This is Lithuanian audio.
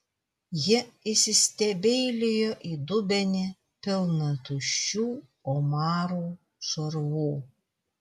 ji įsistebeilijo į dubenį pilną tuščių omarų šarvų